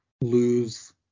lose